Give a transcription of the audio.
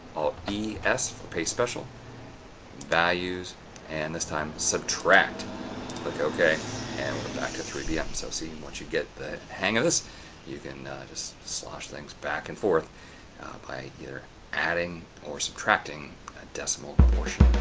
alt e s for paste special values and this time subtract click ok and we're back to three pm. so see once you get the hang of this you can just slosh things back and forth by your adding or subtracting a decimal proportion.